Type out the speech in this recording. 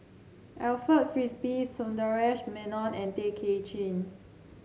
Alfred Frisby Sundaresh Menon and Tay Kay Chin